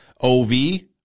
O-V